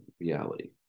reality